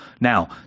Now